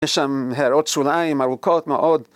יש שם הערות שוליים ארוכות מאוד